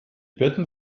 betten